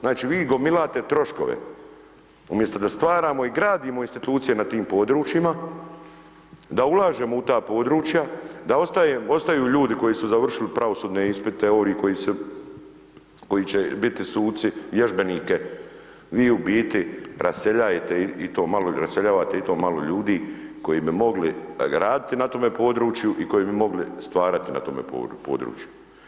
Znači, vi gomilate troškove umjesto da stvaramo i gradimo institucije na tim područjima, da ulažemo u ta područja, da ostaju ljudi koji su završili pravosudne ispite, oni koji će biti suci, vježbenike, vi u biti raseljavate i to malo ljudi koji bi mogli graditi na tome području i koji bi mogli stvarati na tome području.